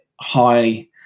high